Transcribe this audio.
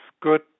good